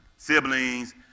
Siblings